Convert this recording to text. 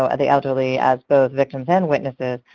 ah the elderly, as both victims and witnesses,